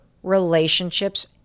relationships